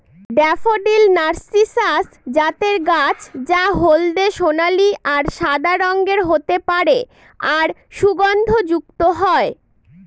daffodil narcissus জাতের গাছ যা হলদে সোনালী আর সাদা রঙের হতে পারে আর সুগন্ধযুক্ত হয়